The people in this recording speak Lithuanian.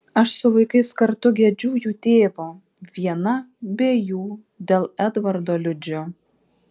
aš su vaikais kartu gedžiu jų tėvo viena be jų dėl edvardo liūdžiu